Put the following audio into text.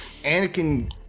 Anakin